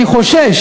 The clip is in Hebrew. אני חושש,